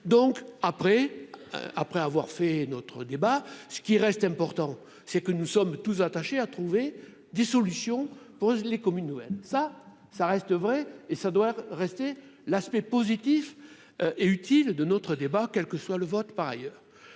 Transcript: après avoir fait notre débat, ce qui reste important, c'est que nous sommes tous attachés à trouver des solutions pose les communes nouvelles, ça, ça reste vrai et ça doit rester l'aspect positif et utile de notre débat, quel que soit le vote, par ailleurs,